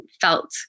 felt